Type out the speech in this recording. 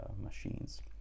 machines